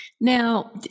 Now